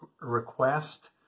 request